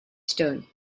stern